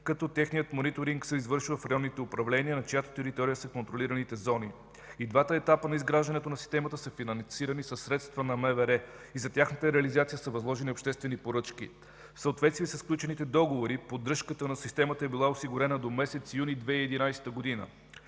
като техният мониторинг се извършва в районните управления, на чиято територия са контролираните зони. И двата етапа на изграждане на системата са финансирани със средства на МВР и за тяхната реализация са възложени обществени поръчки. В съответствие със сключените договори поддръжката на системата е била осигурена до месец юни 2011 г.